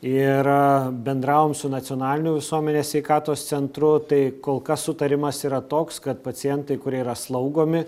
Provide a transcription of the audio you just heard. ir bendravom su nacionaliniu visuomenės sveikatos centru tai kol kas sutarimas yra toks kad pacientai kurie yra slaugomi